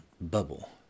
bubble